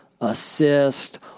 assist